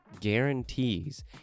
guarantees